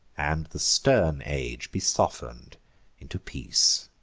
and the stern age be soften'd into peace